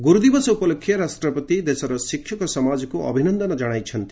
ଗୁରୁଦିବସ ଉପଲକ୍ଷେ ରାଷ୍ଟ୍ରପତି ଶିକ୍ଷକ ଦେଶର ସମାଜକୁ ଅଭିନନ୍ଦନ ଜଣାଇଛନ୍ତି